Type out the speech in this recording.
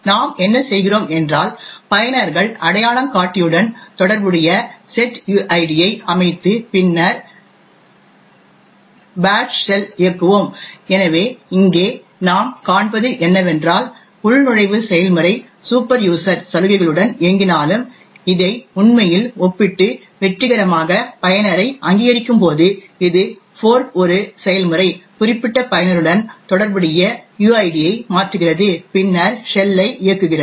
நாம் என்ன செய்கிறோம் என்றால் பயனர்கள் அடையாளங்காட்டியுடன் தொடர்புடைய செட்யுஐடி ஐ அமைத்து பின்னர் பாஷ் ஷெல்லை இயக்குவோம் எனவே இங்கே நாம் காண்பது என்னவென்றால் உள்நுழைவு செயல்முறை சூப்பர் யூசர் சலுகைகளுடன் இயங்கினாலும் இதை உண்மையில் ஒப்பிட்டு வெற்றிகரமாக பயனரை அங்கீகரிக்கும் போது இது ஃபோர்க் ஒரு செயல்முறை குறிப்பிட்ட பயனருடன் தொடர்புடைய யுஐடியை மாற்றுகிறது பின்னர் ஷெல்லை இயக்குகிறது